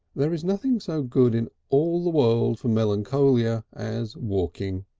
there is nothing so good in all the world for melancholia as walking,